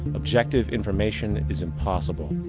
objective information is impossible.